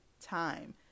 time